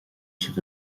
sibh